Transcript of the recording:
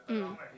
mm